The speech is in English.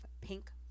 Pink